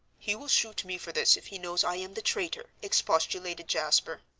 he will shoot me for this if he knows i am the traitor expostulated jasper.